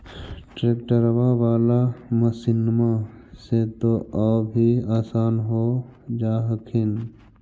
ट्रैक्टरबा बाला मसिन्मा से तो औ भी आसन हो जा हखिन?